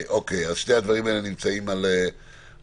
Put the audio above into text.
אוקיי, אז שני הדברים האלה נמצאים על סדר-היום.